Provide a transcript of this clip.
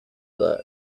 the